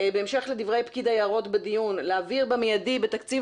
בהמשך לדברי פקיד היערות בדיון להעביר במיידי בתקציב